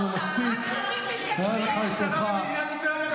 מותר לה לדבר איך שהיא רוצה.